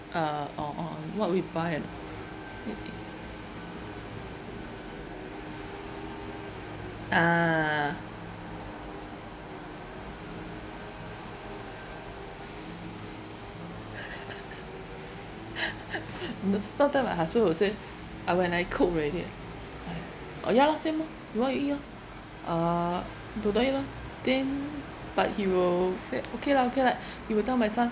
uh oh oh and what we buy and eat ah you know some time my husband will say uh when I cook already !hais! oh ya lor same orh you want you eat orh uh then don't eat lor then but he will say okay lah okay lah he will tell my son